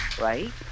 right